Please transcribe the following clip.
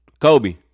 Kobe